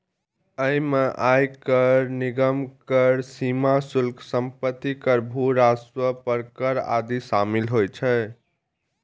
अय मे आयकर, निगम कर, सीमा शुल्क, संपत्ति कर, भू राजस्व पर कर आदि शामिल होइ छै